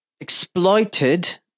exploited